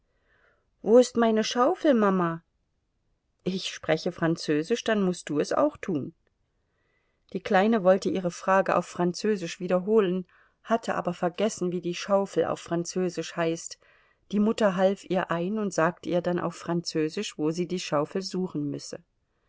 wo ist meine schaufel mama ich spreche französisch dann mußt du es auch tun die kleine wollte ihre frage auf französisch wiederholen hatte aber vergessen wie die schaufel auf französisch heißt die mutter half ihr ein und sagte ihr dann auf französisch wo sie die schaufel suchen müsse